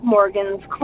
Morgan's